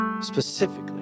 specifically